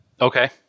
Okay